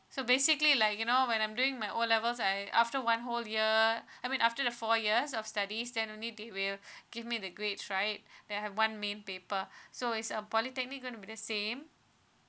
so basically like you know when I'm doing my O levels I after one whole year I mean after the four years of studies then only they will give me the grades right there have one main paper so it's uh polytechnic going to be the same